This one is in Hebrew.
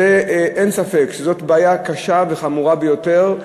אין ספק שזאת בעיה קשה וחמורה ביותר,